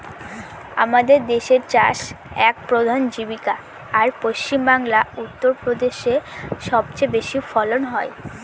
আমাদের দেশের চাষ এক প্রধান জীবিকা, আর পশ্চিমবাংলা, উত্তর প্রদেশে সব চেয়ে বেশি ফলন হয়